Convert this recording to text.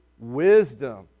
Wisdom